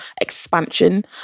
expansion